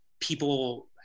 people